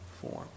form